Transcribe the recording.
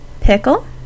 Pickle